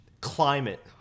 climate